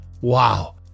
Wow